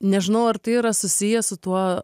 nežinau ar tai yra susiję su tuo